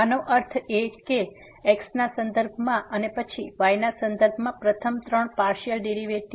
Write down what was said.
આનો અર્થ એ કે x ના સંદર્ભમાં અને પછી y ના સંદર્ભમાં પ્રથમ ત્રણ પાર્સીઅલ ડેરીવેટીવ